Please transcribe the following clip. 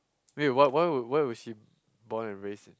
wait what why were why was she boiled and raised it